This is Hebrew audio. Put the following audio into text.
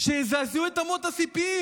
שיזעזעו את אמות הסיפים.